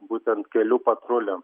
būtent kelių patruliams